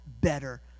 better